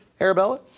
Arabella